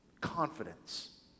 Confidence